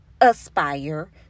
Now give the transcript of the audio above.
aspire